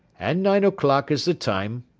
and nine o'clock is the time?